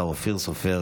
השר אופיר סופר,